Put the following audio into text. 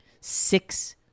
six